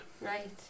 Right